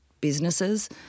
businesses